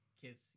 kids